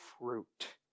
fruit